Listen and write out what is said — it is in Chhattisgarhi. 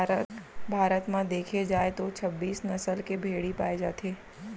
भारत म देखे जाए तो छब्बीस नसल के भेड़ी पाए जाथे